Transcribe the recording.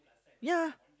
ya